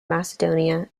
macedonia